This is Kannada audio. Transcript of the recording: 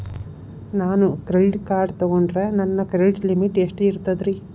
ನಾನು ಕ್ರೆಡಿಟ್ ಕಾರ್ಡ್ ತೊಗೊಂಡ್ರ ನನ್ನ ಕ್ರೆಡಿಟ್ ಲಿಮಿಟ್ ಎಷ್ಟ ಇರ್ತದ್ರಿ?